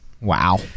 Wow